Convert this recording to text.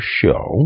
show